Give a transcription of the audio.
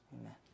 Amen